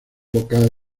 vocal